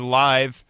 live